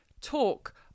talk